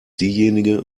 diejenige